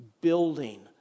building